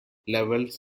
levels